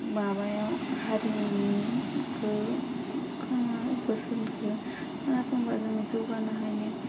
माबायाव हारिमुनिखौ खोना बोसोनखौ खोनासंबा जों जौगानो हायो